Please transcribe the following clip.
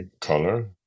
color